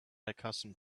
accustomed